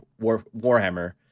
Warhammer